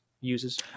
uses